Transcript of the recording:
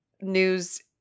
news